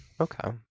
Okay